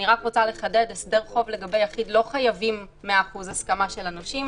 אני רק רוצה לחדד שבהסדר חוב לגבי יחיד לא חייבים 100% הסכמה של הנושים,